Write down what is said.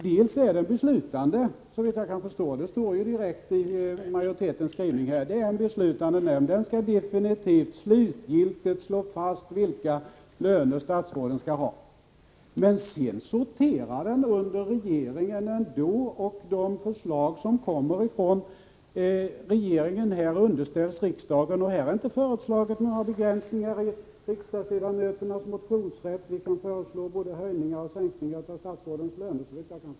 Dels är den beslutande, såvitt jag kan förstå — det står direkt i majoritetens skrivning att nämnden slutgiltigt skall slå fast vilka löner statsråden skall ha —, dels sorterar den under regeringen ändå. De förslag som kommer från regeringen underställs riksdagen, och det har inte föreslagits några begränsningar i riksdagsledamöternas motionsrätt. Vi kan föreslå både höjningar och sänkningar av statsrådens löner.